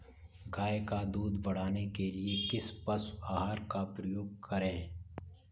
गाय का दूध बढ़ाने के लिए किस पशु आहार का उपयोग करें?